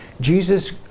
Jesus